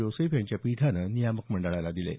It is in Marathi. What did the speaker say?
जोसेफ यांच्या पीठानं नियामक मंडळाला दिले आहेत